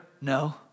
No